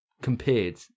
compared